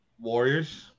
Warriors